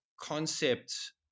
concept